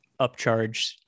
upcharge